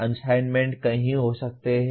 assignment कई हो सकते हैं